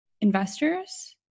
investors